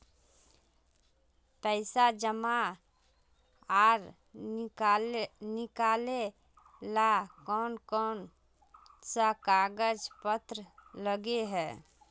पैसा जमा आर निकाले ला कोन कोन सा कागज पत्र लगे है?